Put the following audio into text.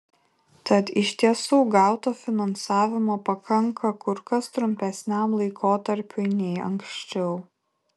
tad iš tiesų gauto finansavimo pakanka kur kas trumpesniam laikotarpiui nei anksčiau